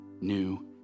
new